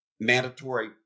mandatory